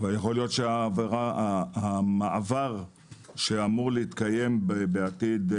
אולי המעבר שאמור להתקיים בעתיד,